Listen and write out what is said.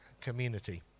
community